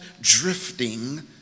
drifting